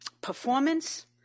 performance